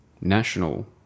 national